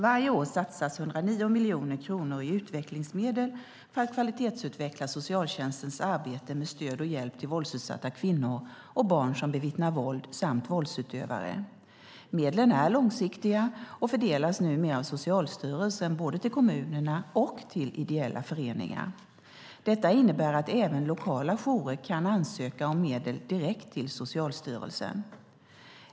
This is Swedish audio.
Varje år satsas 109 miljoner kronor i utvecklingsmedel för att kvalitetsutveckla socialtjänstens arbete med stöd och hjälp till våldsutsatta kvinnor och barn som bevittnar våld samt våldsutövare. Medlen är långsiktiga och fördelas numera av Socialstyrelsen, både till kommunerna och till ideella föreningar. Detta innebär att även lokala jourer kan ansöka om medel direkt till Socialstyrelsen.